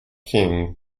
king